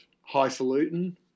highfalutin